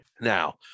Now